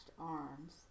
arms